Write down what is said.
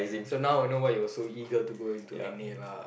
so now I know why you were so eager to go into N_A lah